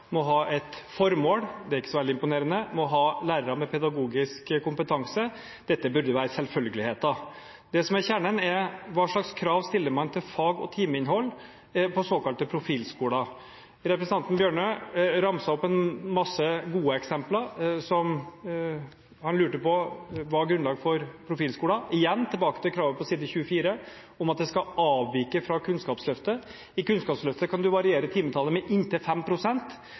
må ha et formål – det er ikke så veldig imponerende. Den må ha lærere med pedagogisk kompetanse. Dette burde være selvfølgeligheter. Det som er kjernen, er: Hva slags krav stiller man til fag og timeinnhold på såkalte profilskoler? Representanten Tynning Bjørnø ramset opp en masse gode eksempler som han lurte på var grunnlag for profilskoler – igjen tilbake til kravet på side 24 om at det skal avvike fra Kunnskapsløftet. I Kunnskapsløftet kan en variere timetallet med inntil